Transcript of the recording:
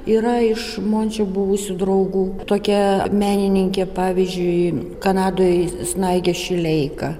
yra iš mončio buvusių draugų tokia menininkė pavyzdžiui kanadoj snaigė šileika